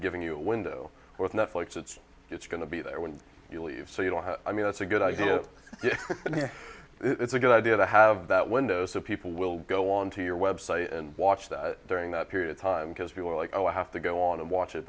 giving you a window with netflix it's it's going to be there when you leave so you don't have i mean it's a good idea it's a good idea to have that window so people will go onto your website and watch that during that period of time because we were like oh i have to go on and watch it